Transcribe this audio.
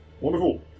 Wonderful